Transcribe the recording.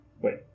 wait